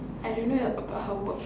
I don't know about her work